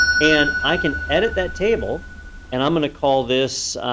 and i can edit that table and i'm going to call this